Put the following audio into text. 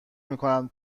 میکنم